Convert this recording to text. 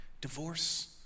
divorce